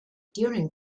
during